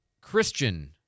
Christian